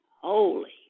holy